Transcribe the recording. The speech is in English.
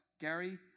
Gary